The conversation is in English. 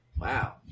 Wow